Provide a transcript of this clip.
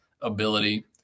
ability